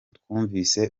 twumvise